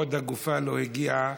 הגופה עוד לא הגיעה.